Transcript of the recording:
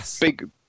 big